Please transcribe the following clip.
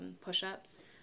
push-ups